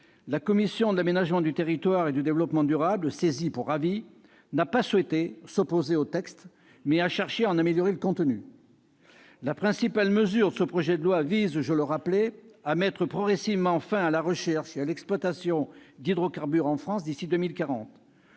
la commission de l'aménagement du territoire et du développement durable, saisie pour avis, n'a pas souhaité s'opposer à celui-ci, mais a cherché à en améliorer le contenu. La principale mesure du projet de loi vise à mettre progressivement fin à la recherche et à l'exploitation d'hydrocarbures en France d'ici à 2040.